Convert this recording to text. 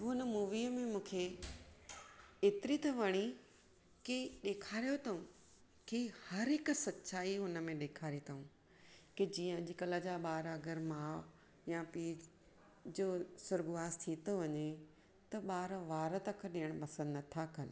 हुन मूवीअ में मूंखे एतरी त वणी की ॾेखारियो अथऊं की हर हिकु सच्चाई हुन में ॾेखारी अथऊं की जीअं अॼुकल्ह जा ॿार अगरि माउ या पीउ जो स्वर्गवास थी थो वञे त ॿार वार तक ॾियणु पंसदि नथा कनि